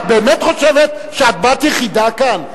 את באמת חושבת שאת בת יחידה כאן?